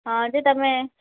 ହଁ ଯେ ତୁମେ